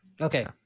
Okay